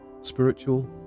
Spiritual